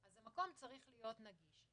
אז המקום צריך להיות נגיש.